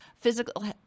physical